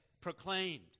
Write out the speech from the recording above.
proclaimed